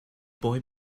boy